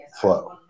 flow